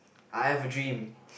I have a dream